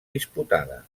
disputada